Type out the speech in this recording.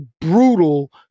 brutal